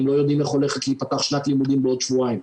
הם לא יודעים איך הולכת להיפתח שנת לימודים בעוד שבועיים.